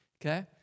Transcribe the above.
okay